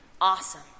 awesome